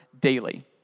daily